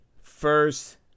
first